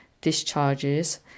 discharges